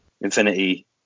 infinity